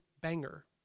banger